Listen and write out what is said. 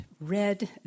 read